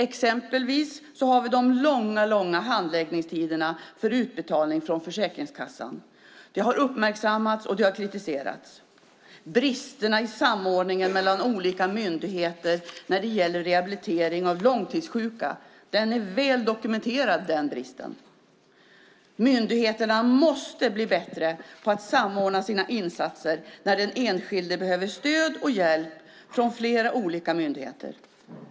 Exempelvis har vi de långa handläggningstiderna för utbetalning från Försäkringskassan. Det har uppmärksammats, och det har kritiserats. Bristerna i samordningen mellan olika myndigheter när det gäller rehabilitering av långtidssjuka är väl dokumenterad. Myndigheterna måste bli bättre på att samordna sina insatser när den enskilde behöver stöd och hjälp från flera olika myndigheter.